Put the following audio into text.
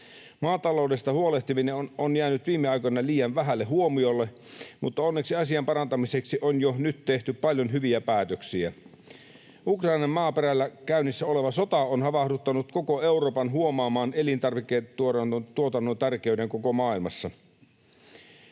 Maataloudesta huolehtiminen on jäänyt viime aikoina liian vähälle huomiolle, mutta onneksi asian parantamiseksi on jo nyt tehty paljon hyviä päätöksiä. Ukrainan maaperällä käynnissä oleva sota on havahduttanut koko Euroopan huomaamaan elintarviketuotannon tärkeyden koko maailmassa.